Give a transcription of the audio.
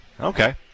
Okay